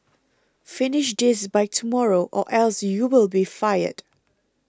finish this by tomorrow or else you'll be fired